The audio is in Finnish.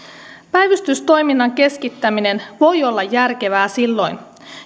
päivystystoiminnan keskittäminen voi olla järkevää silloin